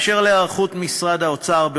2. באשר להיערכות משרד האוצר,